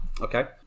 Okay